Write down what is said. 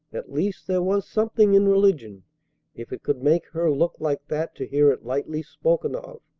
at least, there was something in religion if it could make her look like that to hear it lightly spoken of.